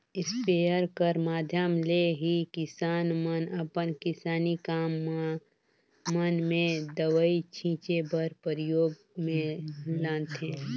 sprayer कर माध्यम ले ही किसान मन अपन किसानी काम मन मे दवई छीचे बर परियोग मे लानथे